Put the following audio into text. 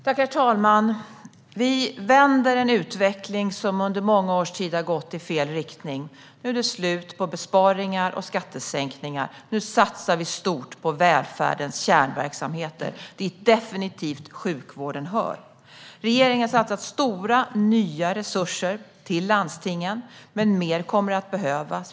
Herr talman! Vi vänder en utveckling som under många års tid har gått i fel riktning. Nu är det slut på besparingar och skattesänkningar. Nu satsar vi stort på välfärdens kärnverksamheter, dit definitivt sjukvården hör. Regeringen har satsat stora, nya resurser till landstingen, men mer kommer att behövas.